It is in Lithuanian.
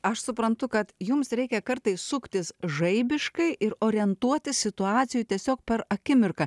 aš suprantu kad jums reikia kartais suktis žaibiškai ir orientuotis situacijoje tiesiog per akimirką